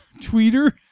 Tweeter